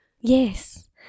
Yes